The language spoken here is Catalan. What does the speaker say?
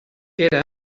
era